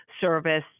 service